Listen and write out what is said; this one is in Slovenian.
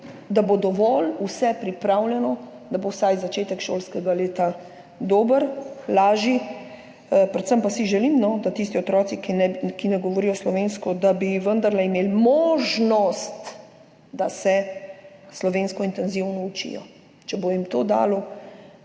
da bo dovolj vse pripravljeno, da bo vsaj začetek šolskega leta dober, lažji. Predvsem pa si želim, da bi tisti otroci, ki ne govorijo slovensko, vendarle imeli možnost, da se slovensko intenzivno učijo. Če jim bo to dano,